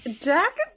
Jack